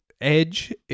edge